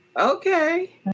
Okay